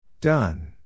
Done